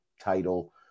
title